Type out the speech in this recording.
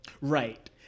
right